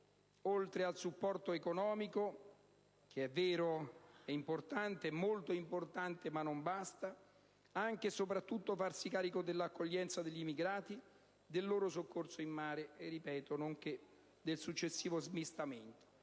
oltre al supporto economico (che, è vero, è molto importante, ma non basta), anche e soprattutto di farsi carico dell'accoglienza degli immigrati, del loro soccorso in mare e del successivo smistamento,